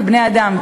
כבני-אדם,